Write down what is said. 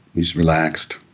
he's relaxed.